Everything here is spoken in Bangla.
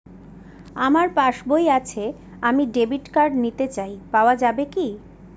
আমার পাসবই আছে আমি ডেবিট কার্ড নিতে চাই পাওয়া যাবে কি?